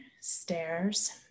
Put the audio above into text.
Stairs